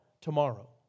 tomorrow